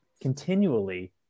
continually